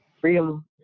freedom